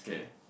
okay